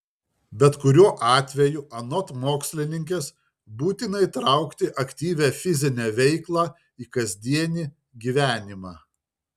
bet kuriuo atveju anot mokslininkės būtina įtraukti aktyvią fizinę veiklą į kasdienį gyvenimą